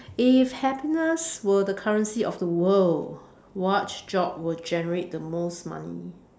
if happiness were the currency of the world what job would generate the most money